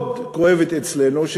מאוד כואבת אצלנו.